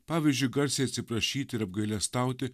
pavyzdžiui garsiai atsiprašyti ir apgailestauti